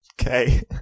Okay